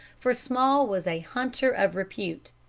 for small was a hunter of repute.